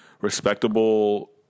respectable